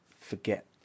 Forget